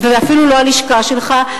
ואפילו לא הלשכה שלך,